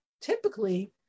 typically